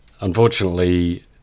unfortunately